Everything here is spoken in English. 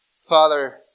Father